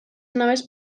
noves